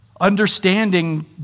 Understanding